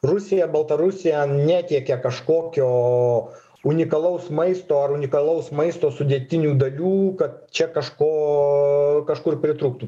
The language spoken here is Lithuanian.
rusija baltarusija netiekia kažkokio unikalaus maisto ar unikalaus maisto sudėtinių dalių kad čia kažko kažkur pritrūktų